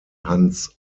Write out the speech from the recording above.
hans